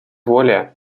воля